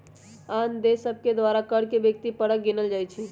आन देश सभके द्वारा कर के व्यक्ति परक गिनल जाइ छइ